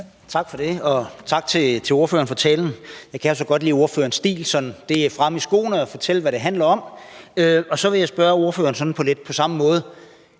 Tak for det, og tak til ordføreren for talen. Jeg kan jo så godt lide ordførerens stil. Det er sådan frem i skoene og fortælle, hvad det handler om. Så vil jeg spørge ordføreren sådan lidt på samme måde: